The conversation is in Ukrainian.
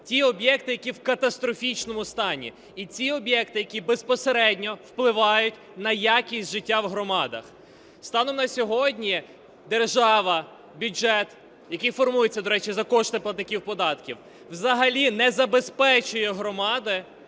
ті об'єкти, які в катастрофічному стані, і ті об'єкти, які безпосередньо впливають на якість життя в громадах. Станом на сьогодні держава, бюджет, який формується, до речі, за кошти платників податків, взагалі не забезпечує громади